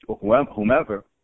Whomever